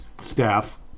staff